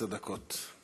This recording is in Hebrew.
עשר דקות.